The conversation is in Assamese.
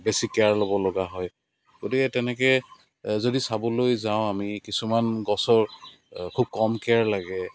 বেছি কেয়াৰ ল'ব লগা হয় গতিকে তেনেকৈ যদি চাবলৈ যাওঁ আমি কিছুমান গছৰ খুব কম কেয়াৰ লাগে